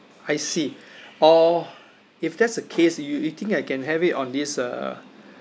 I see or if that's the case you you think I can have it on this uh